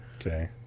okay